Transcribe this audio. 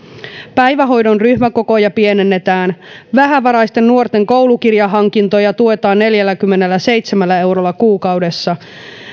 päivähoidon ryhmäkokoja pienennetään vähävaraisten nuorten koulukirjahankintoja tuetaan neljälläkymmenelläseitsemällä eurolla kuukaudessa